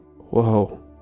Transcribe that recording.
Whoa